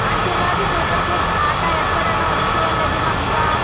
Aashirvad super foods atta എപ്പോഴാണ് order ചെയ്യാൻ ലഭ്യമാകുക